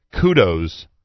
kudos